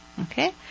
Okay